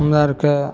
हमरा आरके